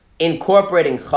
Incorporating